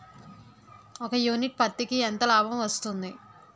ఒక యూనిట్ పత్తికి ఎంత లాభం వస్తుంది?